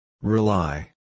Rely